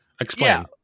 Explain